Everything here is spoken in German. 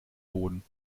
boden